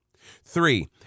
Three